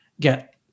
get